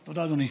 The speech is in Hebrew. תודה, אדוני.